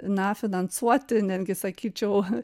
na finansuoti netgi sakyčiau